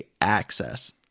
access